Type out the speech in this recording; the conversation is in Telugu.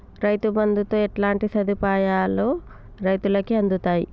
రైతు బంధుతో ఎట్లాంటి సదుపాయాలు రైతులకి అందుతయి?